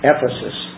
Ephesus